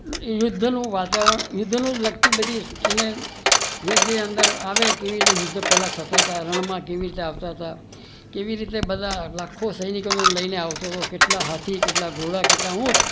યુદ્ધનું વાતાવરણ યુદ્ધને લગતી બધી એને જે જે અંદર આવે કેવી રીતે યુદ્ધ બધા થતાતા રણમાં કેવી રીતે આવતાતા કેવી રીતે બધા લાખ્ખો સૈનિકોને લઇને આવતાતા બધા કેટલા હાથી કેટલા ઘોડા કેટલા ઊંટ